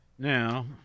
Now